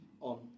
on